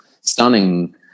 stunning